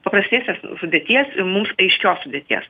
paprastesnės sudėties mums aiškios sudėties